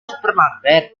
supermarket